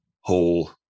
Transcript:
whole